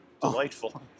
delightful